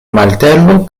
martelo